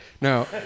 No